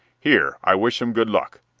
here, i wish em good luck,